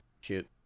shoot